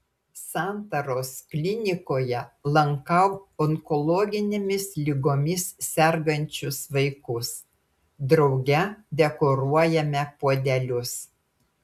santaros klinikoje lankau onkologinėmis ligomis sergančius vaikus drauge dekoruojame puodelius